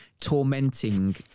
tormenting